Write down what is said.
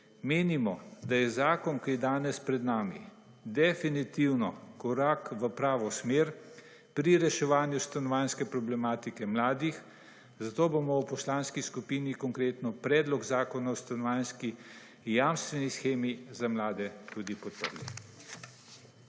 Menimo, da je zakon, ki je danes pred nami, definitivno korak v pravo smer pri reševanju stanovanjske problematike mladih, zato bomo v Poslanski skupini Konkretno predlog Zakona o stanovanjski in jamstveni shemi za mlade tudi podprli.